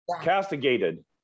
castigated